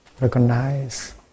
recognize